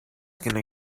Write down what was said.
gonna